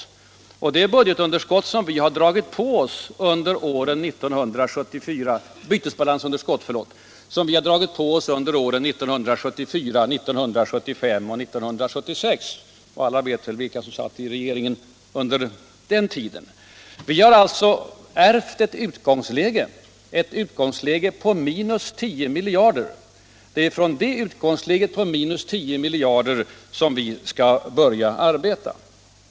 Det är bytesbalansunderskott som vi dragit på oss under 1974, 1975 och 1976, och alla vet väl vilka som satt i regeringen under den tiden. Vi har alltså ärvt ett utgångsläge på minus 10 miljarder, och det är från det utgångsläget på minus 10 miljarder som vi skall börja arbeta.